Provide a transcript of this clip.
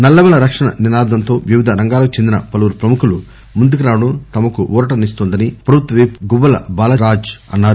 నల్లమల రక్షణ నినాదంతో వివిధ రంగాలకు చెందిన పలువురు ప్రముఖులు ముందుకు రావడం తమకు ఉరట నిస్తోందని ప్రభుత్వ విప్ గువ్వల బాలరాజ్ అన్నారు